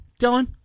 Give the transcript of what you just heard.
Dylan